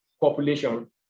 population